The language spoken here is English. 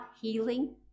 healing